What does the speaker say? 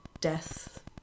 death